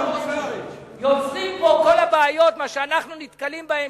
והופכים פה את כל הבעיות שאנחנו נתקלים בהן,